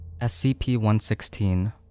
SCP-116